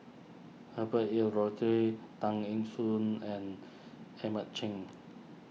Herbert Eleuterio Tan Eng Soon and Edmund Cheng